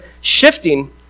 Shifting